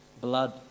blood